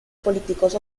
políticos